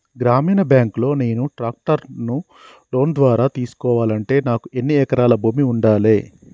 గ్రామీణ బ్యాంక్ లో నేను ట్రాక్టర్ను లోన్ ద్వారా తీసుకోవాలంటే నాకు ఎన్ని ఎకరాల భూమి ఉండాలే?